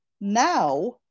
now